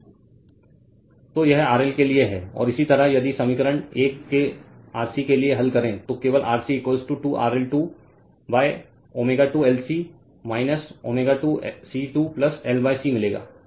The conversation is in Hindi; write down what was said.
तो यह RL के लिए है और इसी तरह यदि समीकरण 1 के RC के लिए हल करे तो केवल RC 2RL 2 ω2 LC ω2 C 2 L C मिलेगा